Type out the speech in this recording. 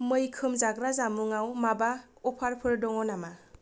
मैखोम जाग्रा जामुङाव माबा अफारफोर दङ नामा